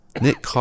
Nick